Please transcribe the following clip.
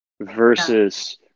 versus